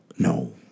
No